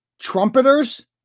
Trumpeters